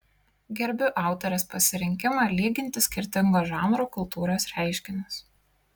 gerbiu autorės pasirinkimą lyginti skirtingo žanro kultūros reiškinius